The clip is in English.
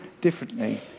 differently